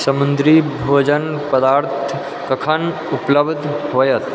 समुद्री भोजन पदार्थ कखन उपलब्ध हैत